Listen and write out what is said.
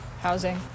Housing